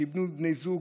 שאיבדו בני זוג,